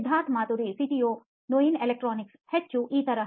Siddharth Maturi CEO ನೋಯಿನ್ electronics ಹೆಚ್ಚು ಈ ತರಹ